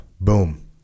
boom